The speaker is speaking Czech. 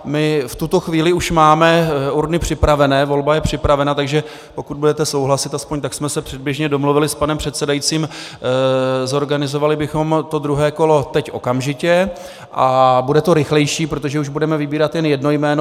My v tuto chvíli už máme urny připravené, volba je připravena, takže pokud budete souhlasit aspoň tak jsme se předběžně domluvili s panem předsedajícím , zorganizovali bychom to druhé kolo teď okamžitě a bude to rychlejší, protože už budeme vybírat jen jedno jméno.